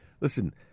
listen